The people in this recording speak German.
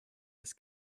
das